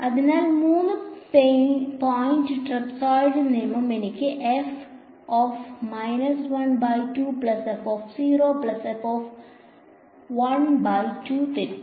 അതിനാൽ 3 point trapezoidal നിയമം എനിക്ക് തരും